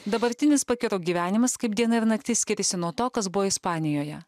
dabartinis pakiro gyvenimas kaip diena ir naktis skiriasi nuo to kas buvo ispanijoje